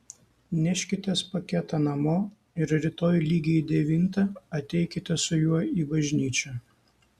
neškitės paketą namo ir rytoj lygiai devintą ateikite su juo į bažnyčią